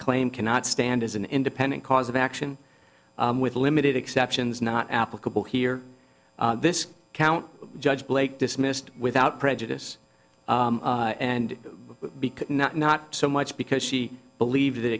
claim cannot stand as an independent cause of action with limited exceptions not applicable here this count judge blake dismissed without prejudice and b could not not so much because she believed that